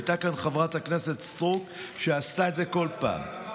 הייתה כאן חברת הכנסת סטרוק, שעשתה את זה בכל פעם.